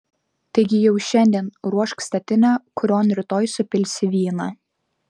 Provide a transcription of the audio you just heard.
taigi jau šiandien ruošk statinę kurion rytoj supilsi vyną